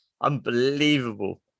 unbelievable